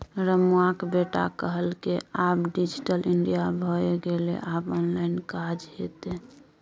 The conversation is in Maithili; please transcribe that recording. रमुआक बेटा कहलकै आब डिजिटल इंडिया भए गेलै आब ऑनलाइन काज हेतै